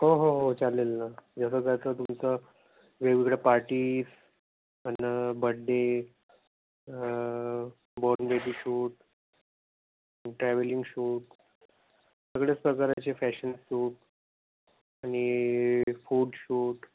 हो हो हो चालेल ना जसं काय तर तुमचं वेगवेगळ्या पार्टी आणि birthday born baby shoot travelling shoot सगळेच प्रकाराचे फॅशन शूट आणि फोर्ट शूट